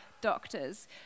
doctors